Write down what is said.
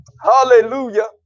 hallelujah